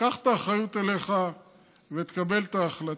תיקח את האחריות עליך ותקבל את ההחלטה.